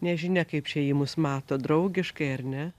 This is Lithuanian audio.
nežinia kaip čia ji mus mato draugiškai ar ne